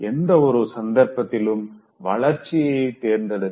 எந்த ஒரு சந்தர்ப்பத்திலும் வளர்ச்சிய தேர்ந்தெடுங்க